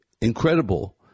incredible